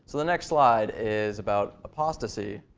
so the next slide is about apostasy.